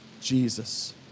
Jesus